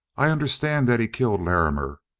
i understand that he killed larrimer,